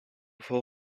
full